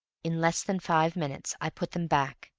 in less than five minutes i put them back,